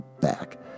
back